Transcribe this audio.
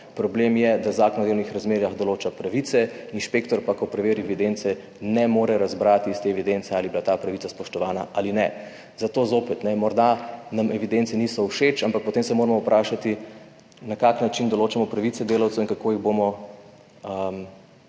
Problem je, da Zakon o delovnih razmerjih določa pravice, inšpektor pa, ko preveri evidence, ne more razbrati iz te evidence ali je bila ta pravica spoštovana ali ne. Zato zopet, morda nam evidence niso všeč, ampak potem se moramo vprašati, na kak način določamo pravice delavcev in kako jih bomo